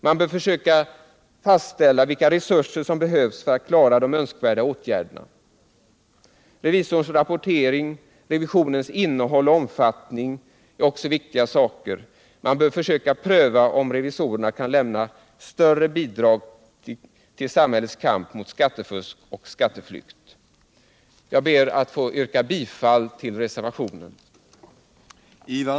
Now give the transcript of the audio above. Man bör försöka fastställa vilka resurser som behövs för att klara de önskvärda åtgärderna. Revisorns rapportering och revisionens innehåll och omfattning är också viktiga saker. Man bör försöka pröva om revisorerna kan lämna större bidrag till samhällets kamp mot skattefusk och skatteflykt. Herr talman! Jag ber att få yrka bifall till reservationen.